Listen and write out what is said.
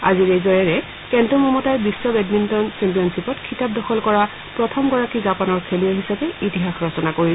আজিৰ এই জয়েৰে কেণ্ট' মটাই বিশ্ব বেডমিণ্টন চেম্পিয়নশ্বীপত খিতাপ দখল কৰা প্ৰথমগৰাকী জাপানৰ খেলুৱৈ হিচাপে ইতিহাস ৰচনা কৰিছে